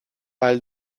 ahal